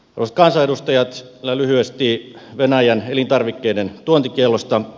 arvoisat kansanedustajat vielä lyhyesti venäjän elintarvikkeiden tuontikiellosta